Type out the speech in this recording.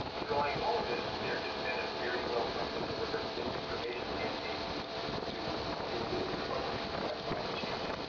underlying all of this, there has been a very well-funded deliberate misinformation campaign to delude the public about climate change.